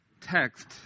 text